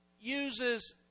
uses